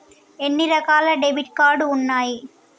ఎన్ని రకాల debit card ఉన్నాయి?